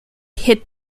hit